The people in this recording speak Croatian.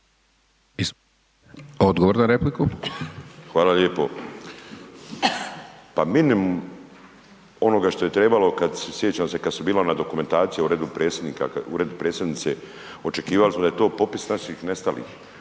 Miro (MOST)** Hvala lijepo. Pa minimum onoga što je trebalo kad, sjećam se kad su bila ona dokumentacija u uredu predsjednika, u uredu predsjednice, očekivali smo da je to popis naših nestalih.